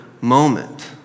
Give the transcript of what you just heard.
moment